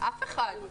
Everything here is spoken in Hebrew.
אף אחד.